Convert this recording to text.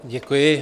Děkuji.